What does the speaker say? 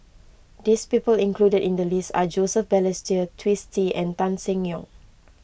this people included in the list are Joseph Balestier Twisstii and Tan Seng Yong